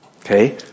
Okay